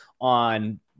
on